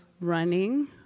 running